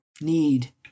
need